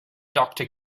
doctor